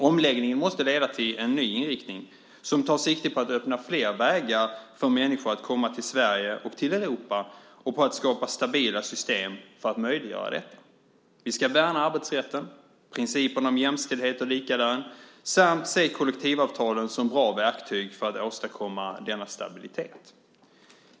Omläggningen måste leda till en ny inriktning som tar sikte på att öppna flera vägar för människor att komma till Sverige och till Europa och på att skapa stabila system för att möjliggöra detta. Vi ska värna arbetsrätten och principen om jämställdhet och lika lön samt se kollektivavtalen som bra verktyg för att åstadkomma denna stabilitet.